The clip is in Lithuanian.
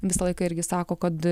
visą laiką irgi sako kad